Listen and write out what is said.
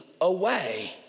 away